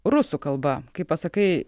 rusų kalba kai pasakai